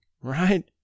right